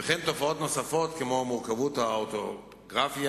וכן תופעות נוספות כמו מורכבות האורתוגרפיה,